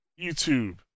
YouTube